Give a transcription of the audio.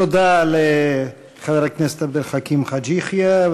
תודה לחבר הכנסת עבד אל חכים חאג' יחיא.